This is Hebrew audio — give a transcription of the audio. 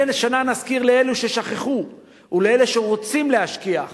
מדי שנה נזכיר לאלה ששכחו ואלה שרוצים להשכיח